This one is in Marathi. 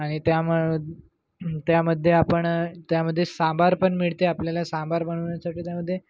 आणि त्याम त्यामध्ये आपण त्यामध्ये सांबार पण मिळते आपल्याला सांबार बनवण्यासाठी त्यामध्ये